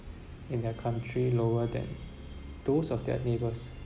in their country lower than those of their neighbours